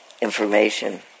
information